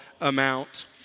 amount